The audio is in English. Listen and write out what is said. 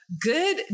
good